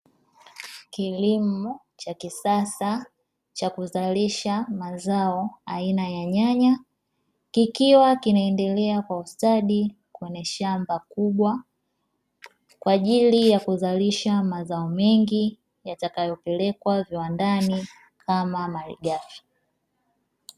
Kilimo cha kisasa cha kuzalisha mazao aina ya nyanya, kikiwa kinaendelea kwa ustadi kwenye shamba kubwa kwa ajili ya kuzalisha mazao mengi yatakayopelekwa viwandani kama malighafi.